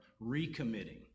recommitting